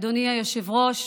אדוני היושב-ראש,